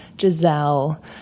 Giselle